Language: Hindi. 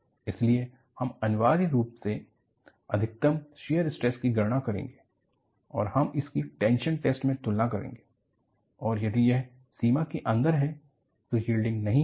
इसलिए हम अनिवार्य रूप से अधिकतम शियर स्ट्रेस की गणना करेंगे और हम इसकी टेंशन टेस्ट में तुलना करेंगे और यदि यह सीमा के अंदर है तो यील्डिंग नहीं होगी